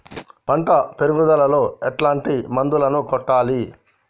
పంట పెరుగుదలలో ఎట్లాంటి మందులను కొట్టాలి?